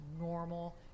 normal